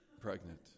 pregnant